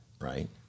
right